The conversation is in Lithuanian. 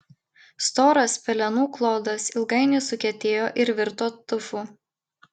storas pelenų klodas ilgainiui sukietėjo ir virto tufu